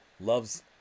Loves